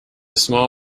small